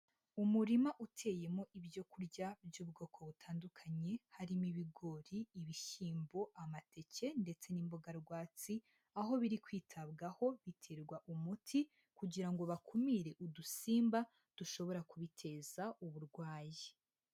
Umurima uteyemo ibyo kurya by'ubwoko butandukanye harimo ibigori, ibishyimbo, amateke ndetse n'imboga rwatsi, aho biri kwitabwaho biterwa umuti kugira ngo bakumire udusimba dushobora kubiteza uburwayi.